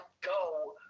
go